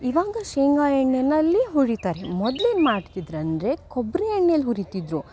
ಇವಗ ಶೇಂಗಾ ಎಣ್ಣೆಯಾಲ್ಲಿ ಹುರಿತಾರೆ ಮೊದ್ಲು ಏನು ಮಾಡ್ತಿದ್ರಂದರೆ ಕೊಬ್ಬರಿ ಎಣ್ಣೆಲ್ಲಿ ಹುರಿತಿದ್ದರು